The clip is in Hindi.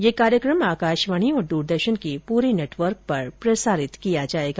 ये कार्यक्रम आकाशवाणी और दूरदर्शन के पूरे नेटवर्क पर प्रसारित किया जायेगा